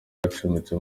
acumbitse